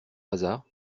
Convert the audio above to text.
hasard